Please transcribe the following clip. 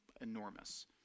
enormous